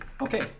Okay